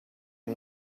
энэ